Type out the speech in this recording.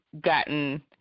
gotten